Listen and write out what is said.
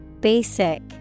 Basic